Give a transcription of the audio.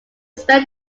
spent